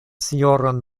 sinjoron